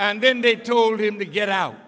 and then they told him to get out